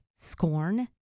scorn